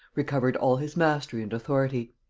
recovered all his mastery and authority.